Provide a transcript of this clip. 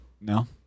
No